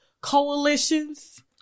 coalitions